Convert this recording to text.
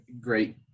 great